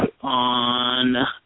on